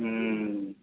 हूँ